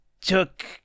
took